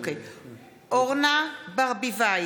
(קוראת בשם חברת הכנסת) אורנה ברביבאי,